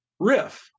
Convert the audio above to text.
Riff